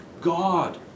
God